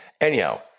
Anyhow